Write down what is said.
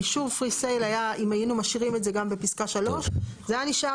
אישור Presale היה אם היינו משאירים את זה גם בפסקה 3 זה היה נשאר